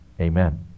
amen